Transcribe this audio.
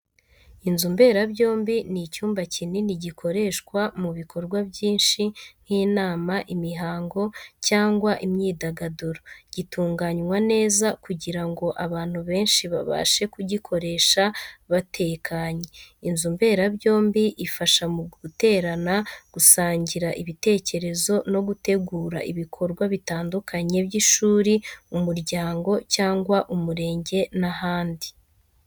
Inzu mberabyombi ni icyumba kinini gikoreshwa mu bikorwa byinshi, nk’inama, imihango cyangwa imyidagaduro. Gitunganywa neza kugira ngo abantu benshi babashe kugikoresha batekanye. Inzu mberabyombi ifasha mu guterana, gusangira ibitekerezo no gutegura ibikorwa bitandukanye by’ishuri, umuryango cyangwa umurenge n’ahandi.